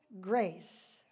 grace